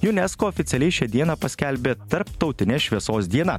unesco oficialiai šią dieną paskelbė tarptautine šviesos diena